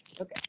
Okay